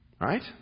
Right